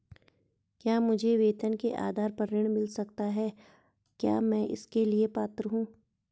क्या मुझे वेतन के आधार पर ऋण मिल सकता है क्या मैं इसके लिए पात्र हूँ?